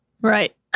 Right